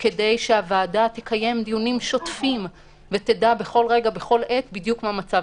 ד מפורטים שהם הציעו כדי שהוועדה תוכל בכל רגע נתון לדעת מה המצב.